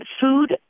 food